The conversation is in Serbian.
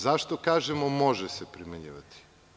Zašto kažemo može se primenjivati?